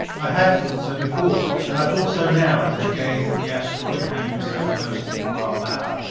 i had thought so before and i thought so now as i gazed at the asteroid hanging so close before our bow.